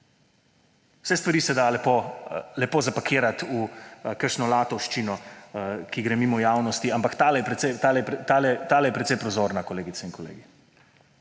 Saj stvari se da lepo zapakirati v kakšno latovščino, ki gre mimo javnosti, ampak tale je precej prozorna, kolegice in kolegi.